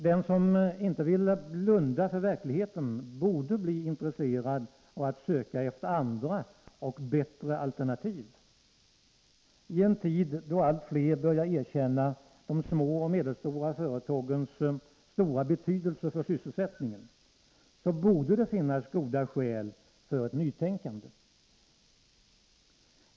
Den som inte vill blunda för verkligheten borde bli intresserad av att söka efter andra och bättre alternativ. I en tid då allt fler börjar erkänna de små och medelstora företagens stora betydelse för sysselsättningen borde det finnas goda skäl för ett nytänkande.